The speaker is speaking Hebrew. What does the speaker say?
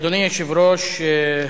אדוני היושב-ראש,